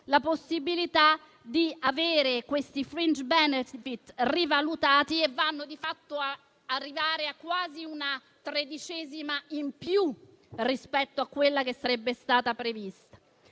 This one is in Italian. la possibilità di avere i *fringe benefit* rivalutati, che li portano a quasi una tredicesima in più rispetto a quella che sarebbe stata prevista.